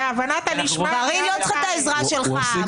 בהבנת הנשמע אני -- היא לא צריכה את העזרה שלך,